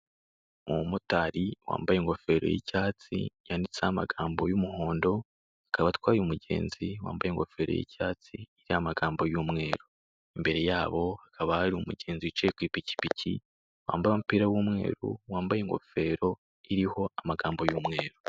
Umumotari wambaye ingofero ya icyatsi, yanditseho amagambo ya umuhondo, akaba atwaye umugenzi wambaye ingofero y'icyatsi yanditseho amagambo ya umweru. Imbere yabo hakaba hari umugenzi wicaye ku ipikipiki, wambaye umupira wa umweru, wambaye ingofero iriho amagambo y'umweru.